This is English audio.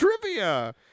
trivia